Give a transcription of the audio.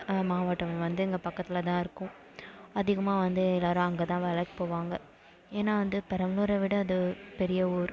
மாவட்டம் வந்து எங்கள் பக்கத்தில் தான் இருக்கும் அதிகமாக வந்து எல்லாரும் அங்கே தான் வேலைக்கு போவாங்க ஏன்னா வந்து பெரம்பலூரை விட அது பெரிய ஊர்